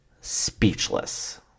speechless